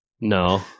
No